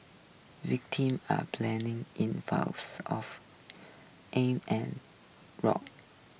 victim are planing in of aim and rock